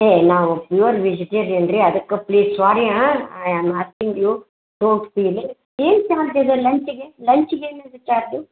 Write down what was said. ಹೇಯ್ ನಾವು pure vegetarian ರೀ ಅದಕ್ಕೆ please sorry yeah I am asking you don't feeling ಏನು ಚಾರ್ಜ್ ಇದೆ ಲಂಚಿಗೆ ಲಂಚಿಗೇನು ಏನು ಇದೆ ಚಾರ್ಜು